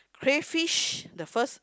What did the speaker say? crayfish the first